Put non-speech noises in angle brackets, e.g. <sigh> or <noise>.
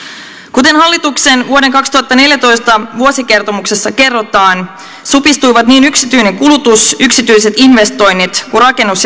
kuten hallituksen vuoden kaksituhattaneljätoista vuosikertomuksessa kerrotaan supistuivat niin yksityinen kulutus yksityiset investoinnit kuin rakennus <unintelligible>